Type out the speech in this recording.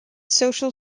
social